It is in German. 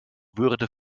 würde